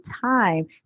time